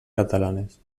catalanes